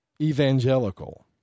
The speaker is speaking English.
evangelical